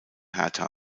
hertha